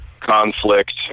conflict